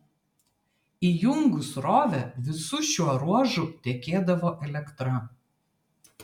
įjungus srovę visu šiuo ruožu tekėdavo elektra